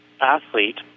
athlete